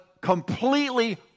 completely